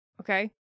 okay